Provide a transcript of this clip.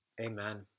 Amen